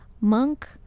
Monk